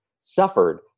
suffered